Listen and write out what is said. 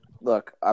Look